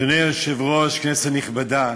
אדוני היושב-ראש, כנסת נכבדה,